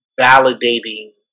validating